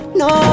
no